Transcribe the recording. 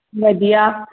ਵਧੀਆ